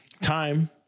time